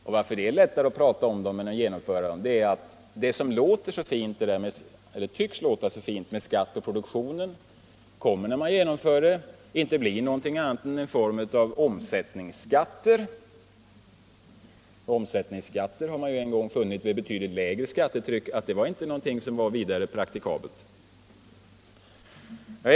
Det där med skatt på produktionen, som låter så fint när man talar om saken, kommer när man genomför det inte att bli annat än en form av omsättningsskatt, och det är ju något som vid betydligt lägre skattetryck en gång har befunnits inte vara vidare praktikabelt.